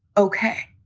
ok